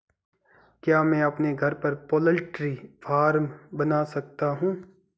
क्या मैं अपने घर पर पोल्ट्री फार्म बना सकता हूँ?